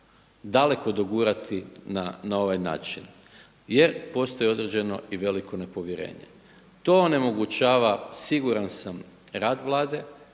daleko dogurati na ovaj način jer postoji određeno i veliko nepovjerenje. To onemogućava siguran sam rad Vlade